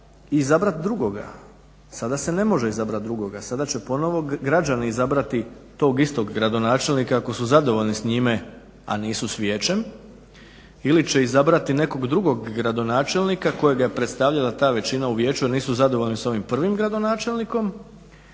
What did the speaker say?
izabrat drugoga, sada se ne može izabrat drugoga, sada će ponovo građani izabrati tog istog gradonačelnika, ako su zadovoljni s njime, a nisu s vijećem, ili će izabrati nekog drugog gradonačelnika kojega je predstavlja ta većina u vijeću jer nisu zadovoljni s ovim prvim gradonačelnikom,